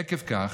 עקב כך,